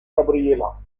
gabriela